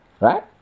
right